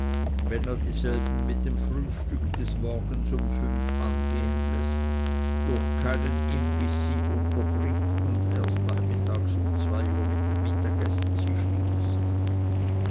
wenn er dieselben mit dem frühstück des morgens um fünf uhr angehen läßt durch keinen imbiß sie unterbricht und erst nachmittags um zwei uhr mit dem mittagessen sie schließt